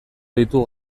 ditut